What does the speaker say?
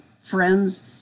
friends